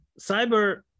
cyber